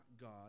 God